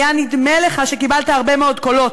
היה נדמה לך שקיבלת הרבה מאוד קולות,